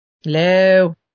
Hello